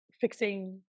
fixing